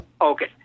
Okay